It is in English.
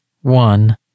one